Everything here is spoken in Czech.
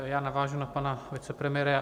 Já navážu na pana vicepremiéra.